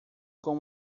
com